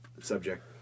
subject